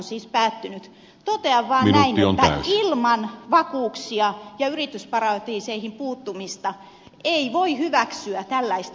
totean vaan näin että ilman vakuuksia ja yritysparatiiseihin puuttumista ei voi hyväksyä tällaista pakettia